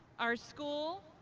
our school,